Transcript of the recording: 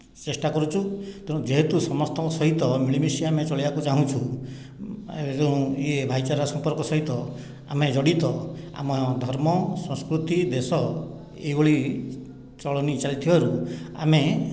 ଚେଷ୍ଟା କରୁଛୁ ତେଣୁ ଯେହେତୁ ସମସ୍ତଙ୍କ ସହିତ ମିଳିମିଶି ଆମେ ଚଳିବାକୁ ଚାହୁଁଛୁ ଏ ଯେଉଁ ଇୟେ ଭାଇଚାରା ସମ୍ପର୍କ ସହିତ ଆମେ ଜଡିତ ଆମ ଧର୍ମ ସଂସ୍କୃତି ଦେଶ ଏହିଭଳି ଚଳଣି ଚାଲିଥିବାରୁ ଆମେ